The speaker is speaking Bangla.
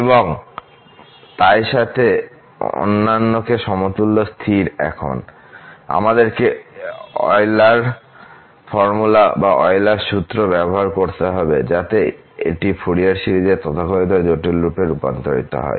এবং তাই সাথে অন্যান্যকে সমতুল্য স্থির এখন আমাদেরকে ইউলার সূত্র ব্যবহার করতে হবে যাতে এটি ফুরিয়ার সিরিজের তথাকথিত জটিল রূপে রূপান্তরিত হয়